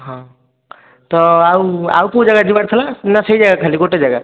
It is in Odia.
ହଁ ତ ଆଉ ଆଉ କେଉଁ ଜାଗା ଯିବାର ଥିଲା ନା ସେଇ ଜାଗା ଖାଲି ଗୋଟେ ଜାଗା